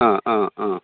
ആ ആ ആ